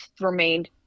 remained